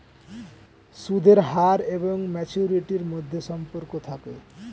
সুদের হার এবং ম্যাচুরিটির মধ্যে সম্পর্ক থাকে